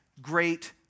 great